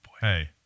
Hey